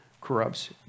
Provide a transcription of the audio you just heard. corrupts